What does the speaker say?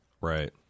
Right